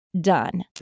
done